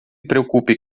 preocupe